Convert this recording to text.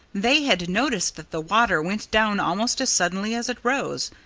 they had noticed that the water went down almost as suddenly as it rose.